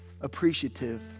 appreciative